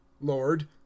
lord